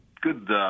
good